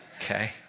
Okay